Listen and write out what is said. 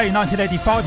1985